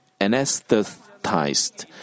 anesthetized